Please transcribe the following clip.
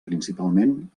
principalment